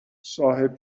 صاحب